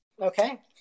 Okay